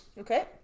okay